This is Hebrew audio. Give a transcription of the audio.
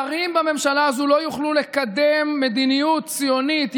שרים בממשלה הזו לא יוכלו לקדם מדיניות ציונית,